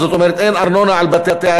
זאת אומרת אין ארנונה על בתי-עסק,